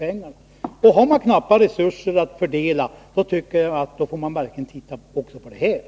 Men har man knappa resurser att fördela tycker jag verkligen att man får titta också på detta.